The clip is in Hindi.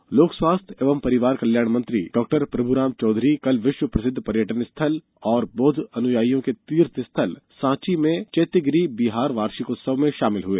प्रभुराम चौधरी लोक स्वास्थ्य एवं परिवार कल्याण मंत्री डॉ प्रभुराम चौधरी आज विश्व प्रसिद्ध पर्यटन स्थल एवं बौदध अनुयायियों के तीर्थ स्थल सांची में चैत्यगिरी बिहार वार्षिकोत्सव में सम्मिलित हुए